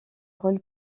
rôles